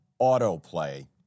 autoplay